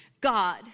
God